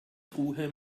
truhe